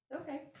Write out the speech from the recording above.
Okay